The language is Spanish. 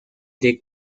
the